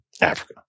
Africa